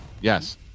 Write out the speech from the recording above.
Yes